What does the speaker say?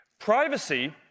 Privacy